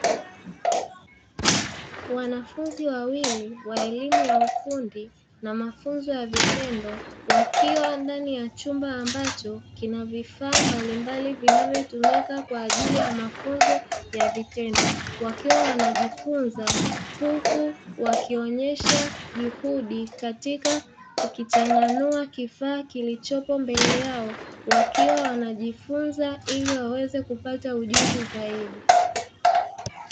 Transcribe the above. Wanafunzi wawili wa elimu ya ufundi na mafunzo ya vitendo wakiwa ndani ya chumba ambacho kina vifaa mbalimbali vinavyotumika kwa ajili ya mafunzo ya vitendo, wakiwa wanajifunza huku wakionyesha juhudi katika kukichanganua kifaa kilichopo mbele yao, wakiwa wanajifunza ili waweze kupata ujuzi zaidi.